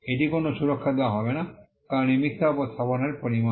এটি কোনও সুরক্ষা দেওয়া হবে না কারণ এটি মিথ্যা উপস্থাপনার পরিমাণ